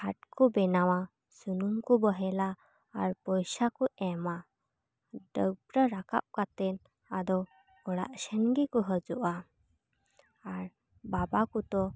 ᱜᱷᱟᱴ ᱠᱚ ᱵᱮᱱᱟᱣᱟ ᱥᱩᱱᱩᱢ ᱠᱚ ᱵᱚᱦᱮᱞᱟ ᱟᱨ ᱯᱩᱭᱥᱟ ᱠᱚ ᱮᱢᱟ ᱰᱟᱹᱵᱨᱟᱹ ᱨᱟᱠᱟᱵ ᱠᱟᱛᱮᱜ ᱟᱫᱚ ᱚᱲᱟᱜ ᱥᱮᱱ ᱜᱤᱠᱩ ᱦᱤᱡᱩᱜᱼᱟ ᱟᱨ ᱵᱟᱵᱟ ᱠᱚᱫᱚ